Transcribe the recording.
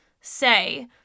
say